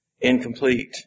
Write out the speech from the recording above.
incomplete